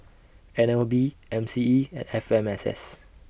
N L B M C E and F M S S